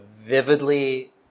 vividly